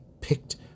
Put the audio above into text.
picked